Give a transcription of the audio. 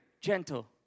gentle